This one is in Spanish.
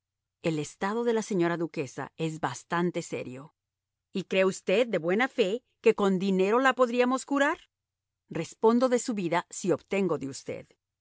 el estado de la señora duquesa es bastante serio y cree usted de buena fe que con dinero la podríamos curar respondo de su vida si obtengo de usted